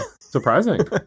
Surprising